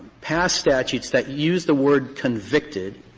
pass statutes that use the word convicted,